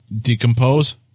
Decompose